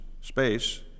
space